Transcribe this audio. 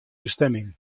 bestimming